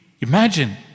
imagine